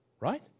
right